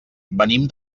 venim